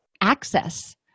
access